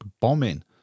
bombing